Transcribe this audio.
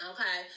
Okay